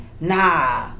nah